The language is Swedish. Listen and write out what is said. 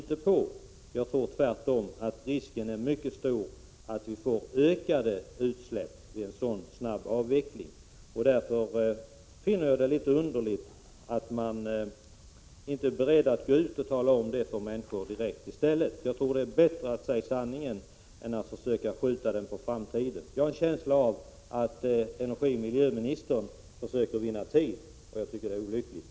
Tvärtom tror jag att risken är mycket stor att utsläppen ökar vid en sådan snabb avveckling. Jag finner det underligt att regeringen inte är beredd att gå ut direkt till människorna och tala om detta. Jag tror det är bättre att tala om sanningen nu än att skjuta det på framtiden. Jag har en känsla av att energi-och miljöministern försöker vinna tid, och jag tycker det är olyckligt.